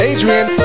Adrian